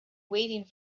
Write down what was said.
waiting